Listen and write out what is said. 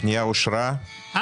הצבעה הפנייה אושרה אני